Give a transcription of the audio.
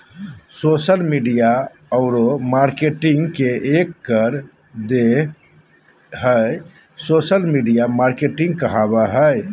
social media औरो marketing के एक कर देह हइ सोशल मिडिया मार्केटिंग कहाबय हइ